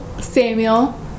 Samuel